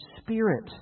spirit